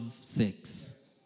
sex